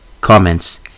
Comments